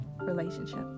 relationship